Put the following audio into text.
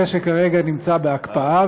זה שכרגע נמצא בהקפאה,